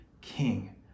king